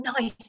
nice